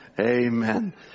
Amen